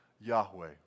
Yahweh